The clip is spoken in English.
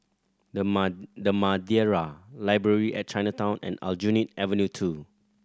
The The Madeira Library at Chinatown and Aljunied Avenue Two